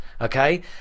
Okay